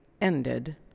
ended